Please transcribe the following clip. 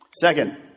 Second